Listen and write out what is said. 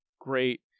Great